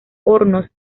hornos